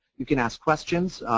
you can ask questions,